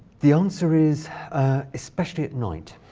the answer is especially at night.